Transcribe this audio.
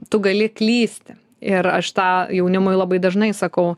tu gali klysti ir aš tą jaunimui labai dažnai sakau